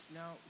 now